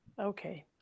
Okay